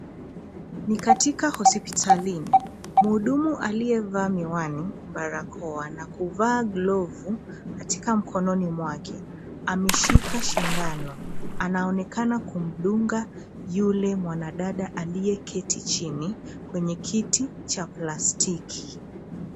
Ni katika hospitalini. Mhudumu aliyevaa miwani, barakoa na kuvaa glovu katika mkononi mwake, ameshika shindano. Anaonekana kumdunga yule mwanadada aliyeketi chini kwenye kiti cha plastiki.